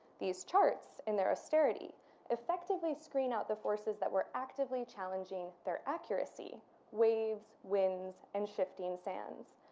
these charts in their austerity effectively screen out the forces that were actively challenging their accuracy waves, winds, and shifting sands.